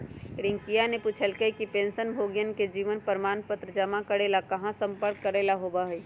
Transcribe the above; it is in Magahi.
रियंकावा ने पूछल कई कि पेंशनभोगियन के जीवन प्रमाण पत्र जमा करे ला कहाँ संपर्क करे ला होबा हई?